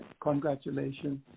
congratulations